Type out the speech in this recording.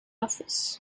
office